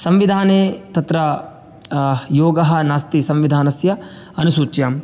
संविधाने तत्र योगः नास्ति संविधानस्य अनुसूच्यां